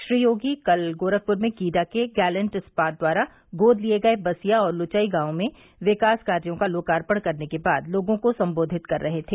श्री योगी कल गोरखपुर में गीडा के गैलेंट इस्पात द्वारा गोद लिए गए बसिया और लुचई गांवों में विकास कार्यो का लोकार्पण करने के बाद लोगों को संबोधित कर रहे थे